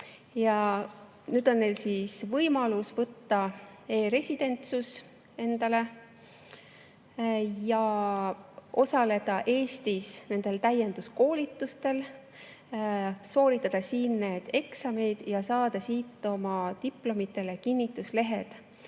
Nüüd on neil võimalus võtta endale e‑residentsus, osaleda Eestis täienduskoolitustel, sooritada siin need eksamid ja saada siit oma diplomile kinnituslehed.